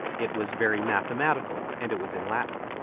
it was very mathematical and it was in latin.